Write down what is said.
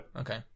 okay